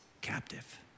captive